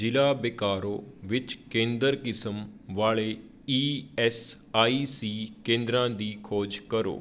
ਜ਼ਿਲ੍ਹਾ ਬੋਕਾਰੋ ਵਿੱਚ ਕੇਂਦਰ ਕਿਸਮ ਵਾਲੇ ਈ ਐੱਸ ਆਈ ਸੀ ਕੇਂਦਰਾਂ ਦੀ ਖੋਜ ਕਰੋ